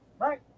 Right